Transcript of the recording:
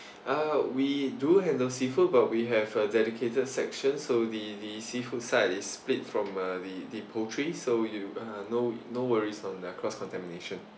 uh we do have those seafood but we have a dedicated section so the the seafood side is split from uh the the poultry so you uh no no worries on uh cross contamination